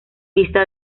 vista